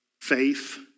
faith